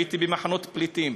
הייתי במחנות פליטים.